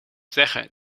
zeggen